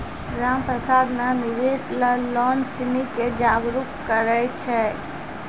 रामप्रसाद ने निवेश ल लोग सिनी के जागरूक करय छै